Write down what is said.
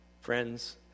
friends